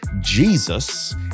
Jesus